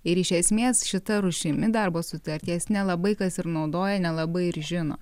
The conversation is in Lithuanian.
ir iš esmės šita rūšimi darbo sutarties nelabai kas ir naudoja nelabai ir žino